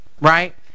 right